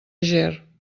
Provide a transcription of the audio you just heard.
ger